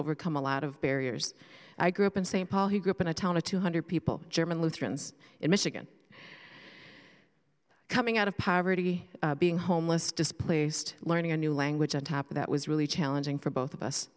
overcome a lot of barriers i grew up in st paul he grew up in a town of two hundred people german lutherans in michigan coming out of poverty being homeless displaced learning a new language on top of that was really challenging for both of us